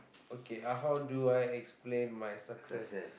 okay how do I explain my success